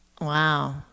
Wow